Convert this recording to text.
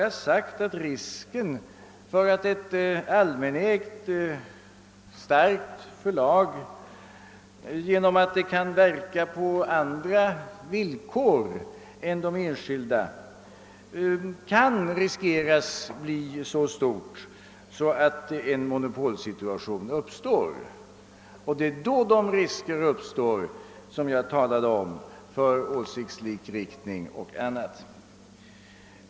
Vad jag har sagt är att ett starkt allmänägt förlag, genom att det kan verka på andra villkor än de enskilda, kan riskeras bli så stort att en monopolsituation uppstår. Det är då de risker för åsiktslikriktning och annat som jag talade om kan uppträda.